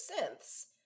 synths